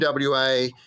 WA